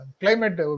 climate